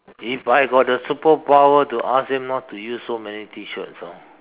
if I got the superpower to ask them not to use so many T-shirts orh